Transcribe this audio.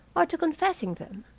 or to confessing them.